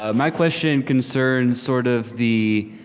um my question concerns sort of the